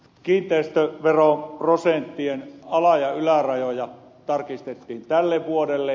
kiinteistöveroprosenttien ala ja ylärajoja tarkistettiin tälle vuodelle